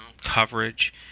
coverage